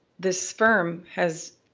this firm has